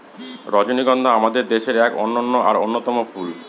রজনীগন্ধা আমাদের দেশের এক অনন্য আর অন্যতম ফুল